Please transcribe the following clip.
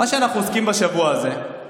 מה שאנחנו עוסקים בו בשבוע הזה זה